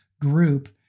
group